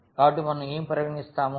కాబట్టి మనం ఏమి పరిగణిస్తాము